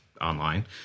online